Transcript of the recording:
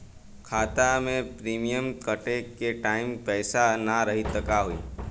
खाता मे प्रीमियम कटे के टाइम पैसा ना रही त का होई?